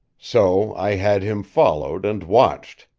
so i had him followed and watched.